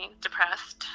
depressed